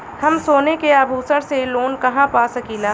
हम सोने के आभूषण से लोन कहा पा सकीला?